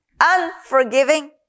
unforgiving